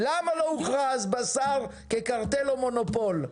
למה לא הוכרז בשר כקרטל או מונופול?